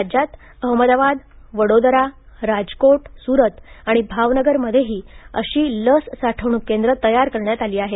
राज्यात अहमदाबाद वड़ोदरा राजकोट सूरत आणि भावनगर मध्येही अशी लस साठवणूक केंद्र तयार करण्यात आली आहेत